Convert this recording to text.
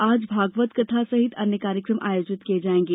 आज भागवत कथा सहित अन्य कार्यक्रम आयोजित किये जायेंगे